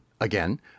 again